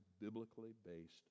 biblically-based